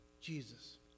Jesus